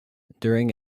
during